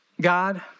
God